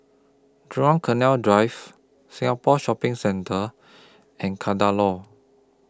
Jurong Canal Drive Singapore Shopping Centre and Kadaloor